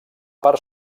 part